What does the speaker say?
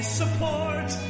support